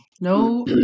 No